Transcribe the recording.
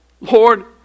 Lord